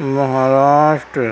Maharashtra